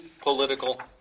political